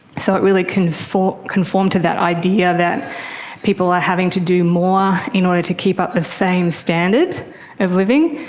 so it really conformed conformed to that idea that people are having to do more in order to keep up the same standard of living.